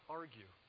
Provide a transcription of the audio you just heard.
argue